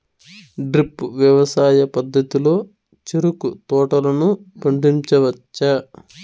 drip వ్యవసాయ పద్ధతిలో చెరుకు తోటలను పండించవచ్చా